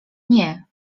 nie